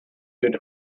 good